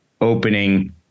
opening